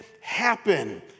happen